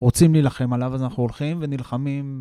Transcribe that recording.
רוצים להלחם עליו, אז אנחנו הולכים ונלחמים.